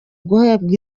guhabwa